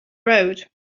road